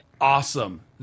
awesome